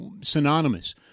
synonymous